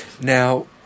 now